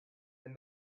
and